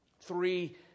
three